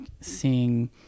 seeing